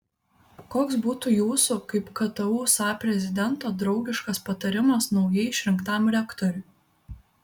koks būtų jūsų kaip ktu sa prezidento draugiškas patarimas naujai išrinktam rektoriui